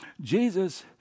Jesus